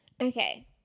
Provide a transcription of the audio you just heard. Okay